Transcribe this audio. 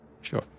Sure